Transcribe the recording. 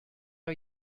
are